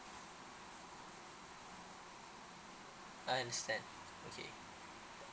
I understand okay